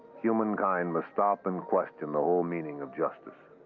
humankind must stop and question the whole meaning of justice.